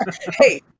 hey